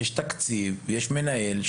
יש תקציב ויש מנהל,